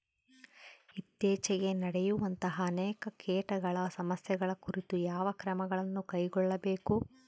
ಇತ್ತೇಚಿಗೆ ನಡೆಯುವಂತಹ ಅನೇಕ ಕೇಟಗಳ ಸಮಸ್ಯೆಗಳ ಕುರಿತು ಯಾವ ಕ್ರಮಗಳನ್ನು ಕೈಗೊಳ್ಳಬೇಕು?